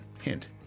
Hint